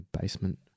basement